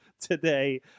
today